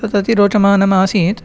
तदति रोचमानमासीत्